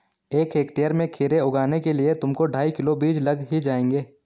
एक हेक्टेयर में खीरे उगाने के लिए तुमको ढाई किलो बीज लग ही जाएंगे